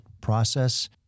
process